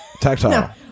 Tactile